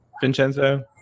Vincenzo